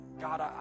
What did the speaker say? God